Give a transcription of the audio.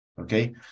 okay